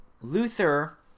Luther